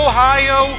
Ohio